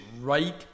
right